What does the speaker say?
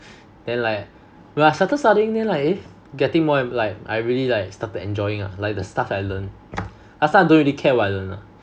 then like when I started studying then like eh getting more like I really like started enjoying ah like the stuff that I learn last time don't really care what I learn lah